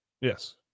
yes